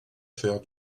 faire